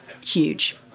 huge